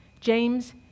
James